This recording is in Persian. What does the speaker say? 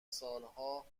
سالها